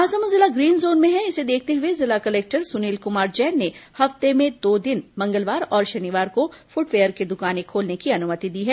महासमुंद जिला green zone में है इसे देखते हुए जिला कलेक्टर सुनील कुमार जैन ने हफ्ते में दो दिन मंगलवार और शनिवार को फुटवेयर की दुकानें खोलने की अनुमति दी है